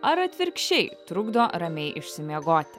ar atvirkščiai trukdo ramiai išsimiegoti